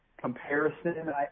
comparison